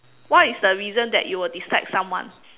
what is the reason that you will dislike someone